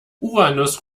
uranus